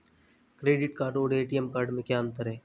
Credit card और ATM card में क्या अंतर है?